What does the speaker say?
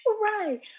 Right